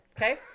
Okay